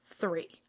three